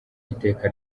iteka